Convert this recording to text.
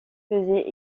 faisait